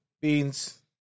Beans